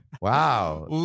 Wow